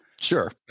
Sure